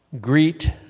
Greet